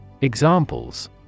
Examples